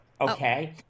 Okay